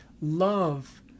love